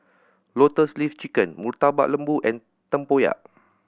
Lotus Leaf Chicken Murtabak Lembu and tempoyak